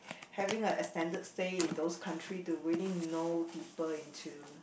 having a extended stay in those country to really know deeper into